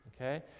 Okay